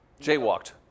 Jaywalked